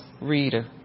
reader